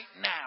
now